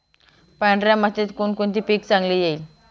पांढऱ्या मातीत कोणकोणते पीक चांगले येईल?